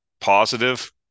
positive